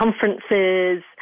conferences